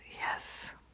yes